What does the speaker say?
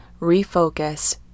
refocus